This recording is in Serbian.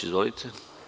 Izvolite.